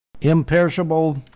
imperishable